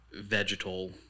vegetal